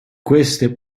queste